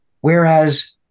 whereas